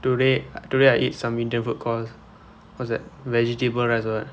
today today I eat some indian food cause cause like vegetable nice [what]